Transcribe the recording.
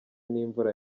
n’imvura